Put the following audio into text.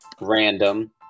random